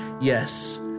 Yes